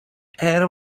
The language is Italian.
era